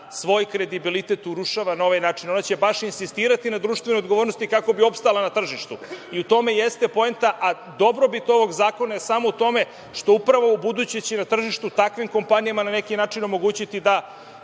svoj kredibilitet urušava na ovaj način. Ona će baš insistirati na društvenoj odgovornosti kako bi opstala na tržištu. U tome jeste poenta, a dobrobit tog zakona je samo u tome što upravo ubuduće na tržištu takvim kompanijama na neki način omogućiti da